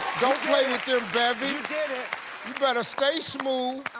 don't play with them, bevy. you did it. you better stay smooth.